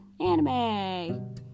anime